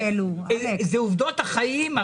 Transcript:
אלה עובדות החיים.